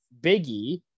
Biggie